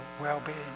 well-being